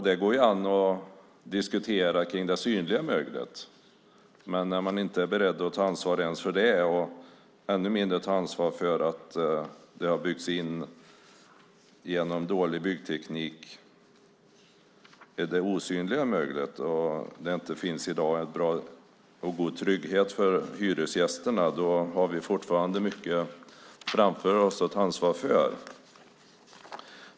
Det går an att diskutera kring det synliga möglet, men när man inte är beredd att ta ansvar ens för det och ännu mindre ta ansvar för att det genom dålig byggteknik har byggts in osynligt mögel, då har vi fortfarande mycket att ta ansvar för. Det finns i dag ingen god trygghet för hyresgästerna när det gäller detta.